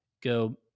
go